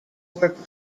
were